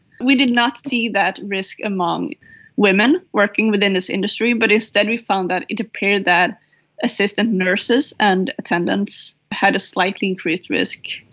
we did not see that risk among women working within this industry, but instead we found that it appeared that assistant nurses and attendants had a slight increased risk.